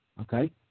okay